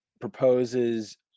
proposes